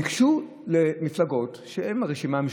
ניגשו למפלגות ערביות, הרשימה המשותפת,